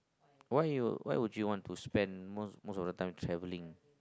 why you why would you want to spend most most of the time traveling